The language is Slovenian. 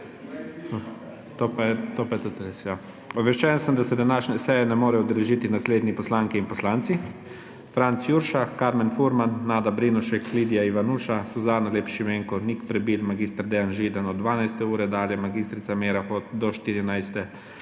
glasno je vse skupaj. Obveščen sem, da se današnje seje ne morejo udeležiti naslednji poslanke in poslanci: Franc Jurša, Karmen Furman, Nada Brinovšek, Lidija Ivanuša, Suzana Lep Šimenko, Nik Prebil, mag. Dejan Židan od 12. ure dalje, mag. Meira Hot do 14. ure,